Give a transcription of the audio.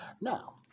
Now